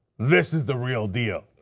this is the real deal.